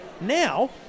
now